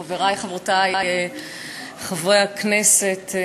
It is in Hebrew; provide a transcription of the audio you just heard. תודה, חברי וחברותי חברי הכנסת,